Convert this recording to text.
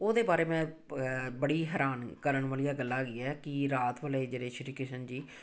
ਉਹਦੇ ਬਾਰੇ ਮੈਂ ਬੜੀ ਹੈਰਾਨ ਕਰਨ ਵਾਲੀਆਂ ਗੱਲਾਂ ਹੈਗੀਆਂ ਕਿ ਰਾਤ ਵੇਲੇ ਜਿਹੜੇ ਸ਼੍ਰੀ ਕ੍ਰਿਸ਼ਨ ਜੀ